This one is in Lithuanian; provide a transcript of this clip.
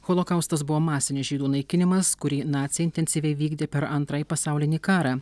holokaustas buvo masinis žydų naikinimas kurį naciai intensyviai vykdė per antrąjį pasaulinį karą